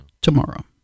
tomorrow